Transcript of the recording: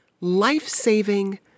life-saving